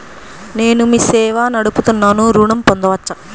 నేను మీ సేవా నడుపుతున్నాను ఋణం పొందవచ్చా?